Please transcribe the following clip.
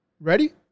ready